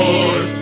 Lord